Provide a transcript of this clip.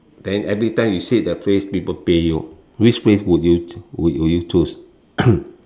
then every time you say that phrase people pay you which phrase would you would would you choose